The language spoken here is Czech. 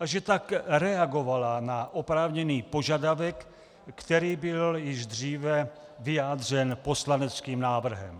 a že tak reagovala na oprávněný požadavek, který byl již dříve vyjádřen poslaneckým návrhem.